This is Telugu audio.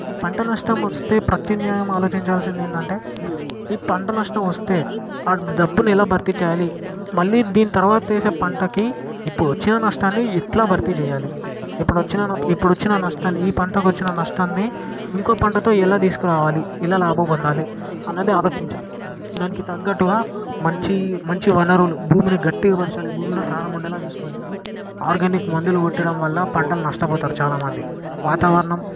పంట నష్టం వస్తే ప్రత్యామ్నాయం ఆలోచించాల్సింది ఏంటంటే ఈ పంట నష్టం వస్తే ఆ డబ్బుని ఎలా భర్తీ చేయాలి మళ్ళీ దీని తరువాత చేసే పంటకి ఇప్పుడు వచ్చిన నష్టాన్ని ఎట్లా భర్తీ చేయాలి ఇప్పుడు వచ్చి నా ఇప్పుడు వచ్చినా నష్టాన్ని పంటకు వచ్చిన నష్టాన్ని ఇంకో పంటతో ఎలా తీసుకొని రావాలి ఎలా లాభం పొందాలి అనేది ఆలోచించాలి దానికి తగ్గట్టుగా మంచి మంచి వనరులు భూమిని గట్టిగా పరచాలి భూమిలో సారం ఉండేలా చూసుకోవాలి ఆర్గానిక్ మందులు కొట్టడం వల్ల పంటలు నష్టపోతారు చాలా మంది వాతావరణం